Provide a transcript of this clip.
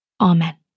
Amen